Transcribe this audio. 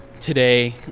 today